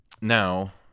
now